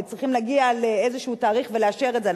צריך להגיע לאיזה תאריך ולאשר את זה,